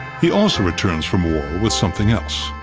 he also returns from war with something else.